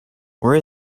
where